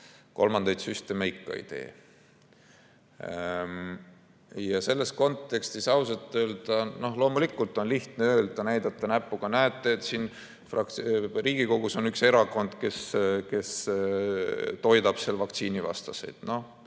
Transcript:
Kolmandaid süste me ikka ei tee. Ja selles kontekstis ausalt öelda loomulikult on lihtne näidata näpuga, et näete, siin Riigikogus on üks erakond, kes toidab vaktsiinivastaseid.